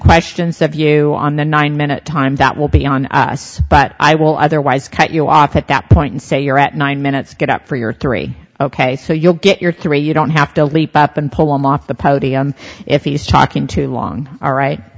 questions of you on the nine minute time that will be on us but i will otherwise cut you off at that point and say you're at nine minutes get up for your three ok so you'll get your career you don't have to leap up and pull him off the podium if he's talking too long all right